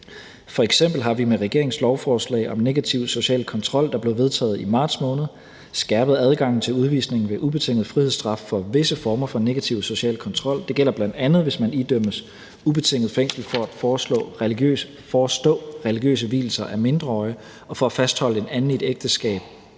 F.eks. har vi med regeringens lovforslag om negativ social kontrol, der blev vedtaget i marts måned, skærpet adgangen til udvisning ved ubetinget frihedsstraf for visse former for negativ social kontrol. Det gælder bl.a., hvis man idømmes ubetinget fængsel for at forestå religiøse vielser af mindreårige og for at fastholde en anden i et ægteskab